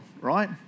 right